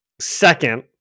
Second